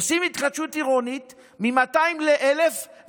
עושים התחדשות עירונית מ-200 ל-1,000